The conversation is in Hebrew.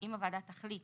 אם הוועדה תחליט